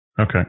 Okay